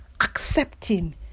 accepting